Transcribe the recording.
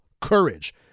courage